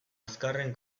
azkarren